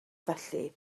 felly